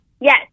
Yes